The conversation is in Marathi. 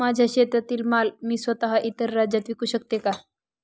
माझ्या शेतातील माल मी स्वत: इतर राज्यात विकू शकते का?